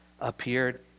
appeared